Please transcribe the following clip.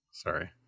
Sorry